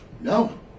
No